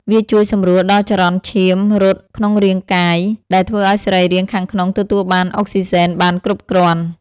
វាជួយសម្រួលដល់ចរន្តឈាមរត់ក្នុងរាងកាយ ដែលធ្វើឱ្យសរីរាង្គខាងក្នុងទទួលបានអុកស៊ីហ្សែនបានគ្រប់គ្រាន់។